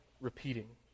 repeating